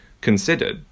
considered